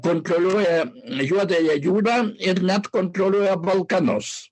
kontroliuoja juodąją jūrą ir net kontroliuoja balkanus